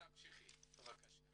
תמשיכי בבקשה.